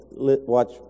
watch